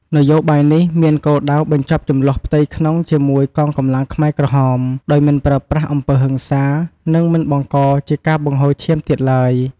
នយោបាយនេះមានគោលដៅបញ្ចប់ជម្លោះផ្ទៃក្នុងជាមួយកងកម្លាំងខ្មែរក្រហម ដោយមិនប្រើប្រាស់អំពើហិង្សា និងមិនបង្កជាការបង្ហូរឈាមទៀតឡើយ។